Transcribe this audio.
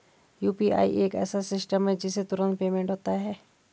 UPI एक ऐसा system है जिससे तुरंत पेमेंट होता है